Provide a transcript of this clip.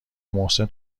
محسن